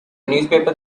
newspaper